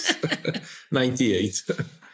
98